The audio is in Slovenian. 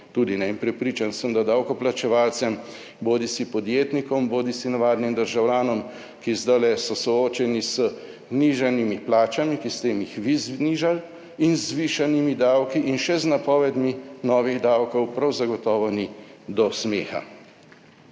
tudi ne in prepričan sem, da davkoplačevalcem, bodisi podjetnikom bodisi navadnim državljanom, ki zdajle so soočeni z nižanimi plačami, ki ste jim jih vi znižali, in z zvišanimi davki in še z napovedmi novih davkov, prav zagotovo ni do smeha.